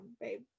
babe